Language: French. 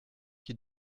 qui